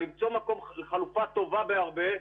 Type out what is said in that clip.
למצוא חלופה טובה בהרבה,